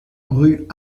rue